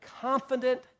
confident